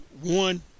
One